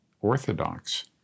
orthodox